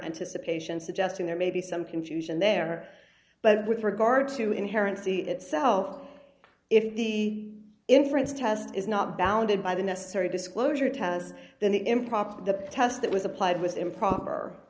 anticipation suggesting there may be some confusion there but with regard to inherent c itself if the inference test is not bounded by the necessary disclosure test then the improper of the test that was applied was improper